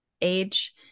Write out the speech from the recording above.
age